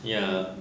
ya